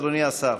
אדוני השר.